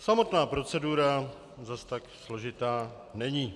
Samotná procedura zas tak složitá není.